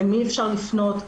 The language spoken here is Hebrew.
למי אפשר לפנות,